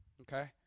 Okay